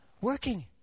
working